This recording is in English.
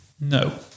no